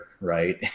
right